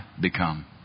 become